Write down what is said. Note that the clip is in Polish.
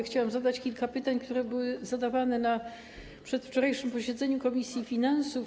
Chciałam zadać kilka pytań, które były zadawane na przedwczorajszym posiedzeniu komisji finansów.